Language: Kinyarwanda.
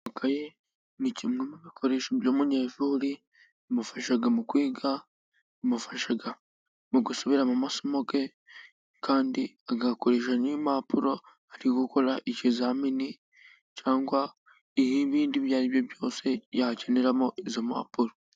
Ikaye ni kimwe mu bikoresho by'umuyeshuri bimufasha mu kwiga, bimufasha mu gusubiramo amasomo ye kandi agakoresha impapuro ari gukora ikizamini cyangwa ibindi ibyo ari byo byose yakeneramo izo mpapuro.